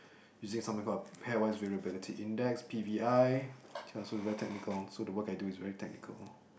using something called pairwise variability index P_V_I okay so it's very technical so the work I do is very technical